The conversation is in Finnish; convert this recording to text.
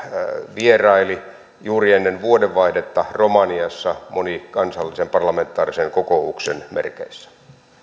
vieraili juuri ennen vuodenvaihdetta romaniassa monikansallisen parlamentaarisen kokouksen merkeissä